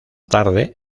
tarde